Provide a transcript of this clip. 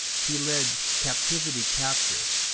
he led captivity captive,